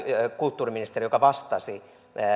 kulttuuriministeri joka vastasi